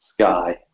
sky